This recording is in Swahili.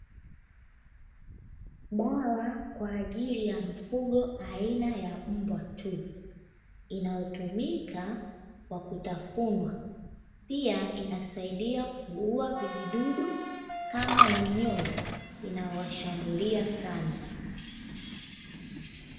Dawa kwa ajili ya mfugo aina ya mbwa tuu, inayotumika kwa kutafunwa pia inatumika kuua vijidudu kama minyoo inayowashambulia sana.